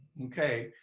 okay,